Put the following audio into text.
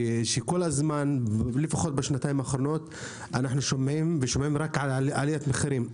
כשכל הזמן לפחות בשנתיים האחרונות אנחנו שומעים רק על עליית מחירים.